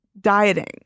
dieting